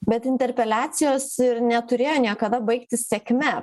bet interpeliacijos ir neturėjo niekada baigtis sėkme